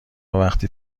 وقتی